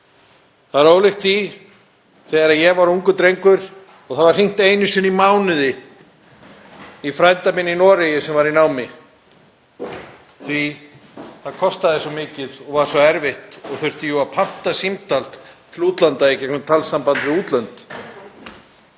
sem gerðist þegar ég var ungur drengur að hringt var einu sinni í mánuði í frænda minn í Noregi, sem var þar í námi, því að það kostaði svo mikið og var svo erfitt, og þurfti jú að panta símtal til útlanda í gegnum talsamband við útlönd.